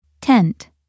Tent